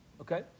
Okay